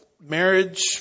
marriage